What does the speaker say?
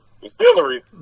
distilleries